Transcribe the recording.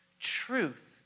Truth